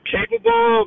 capable